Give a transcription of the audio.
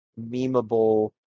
memeable